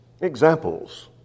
Examples